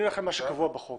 אני הולך עם מה שקבוע בחוק